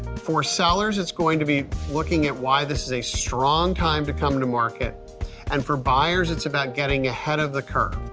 for sellers it's going to be looking at why this is a strong time to come to market and for buyers it's about getting ahead of the curve.